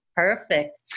Perfect